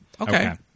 okay